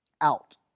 out